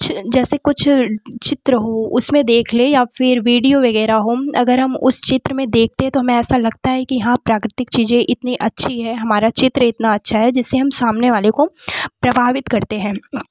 कुछ जैसे कुछ चित्र हो उसमें देख लें या फिर विडियो वगैरह हो अगर हम उस क्षेत्र देखते हैं तो हमें ऐसा लगता है कि हाँ प्राकृतिक चीज़ें इतनी अच्छी है हमारा क्षेत्र इतना अच्छा है जिससे हम सामने वाले को प्रभावित करते हैं